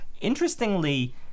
Interestingly